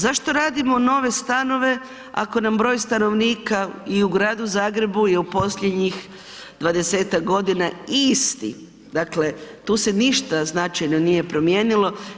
Zašto radimo nove stanove ako nam je broj stanovnika i u gradu Zagrebu u posljednjih dvadesetak godina isti, dakle tu se ništa značajno nije promijenilo.